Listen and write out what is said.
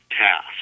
task